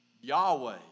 Yahweh